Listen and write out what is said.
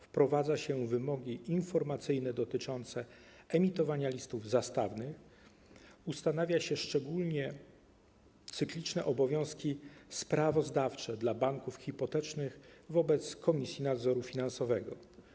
Wprowadza się wymogi informacyjne dotyczące emitowania listów zastawnych, ustanawia się szczególnie cykliczne obowiązki sprawozdawcze dla banków hipotecznych wobec Komisji Nadzoru Finansowego.